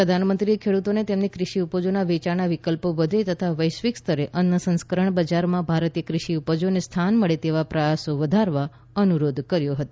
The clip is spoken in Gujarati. પ્રધાનમંત્રીએ ખેડૂતોને તેમની કૃષિ ઉપજોના વેયાણના વિકલ્પો વધે તથા વૈશ્વિક સ્તરે અન્ન સંસ્કરણ બજારમાં ભારતીય કૃષિ ઉપજોને સ્થાન મળે તેવા પ્રયાસો વધારવા અનુરોધ કર્યો હતો